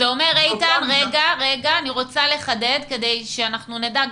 אני רוצה לחדד כדי שנדע,